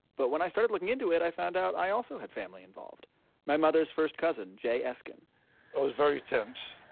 but when i started looking into it, i found out i also had family involved my mother's first cousin jay eskin oh, it was very tense,